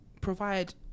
provide